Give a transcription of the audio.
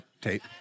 tape